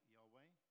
Yahweh